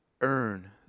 Earn